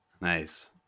Nice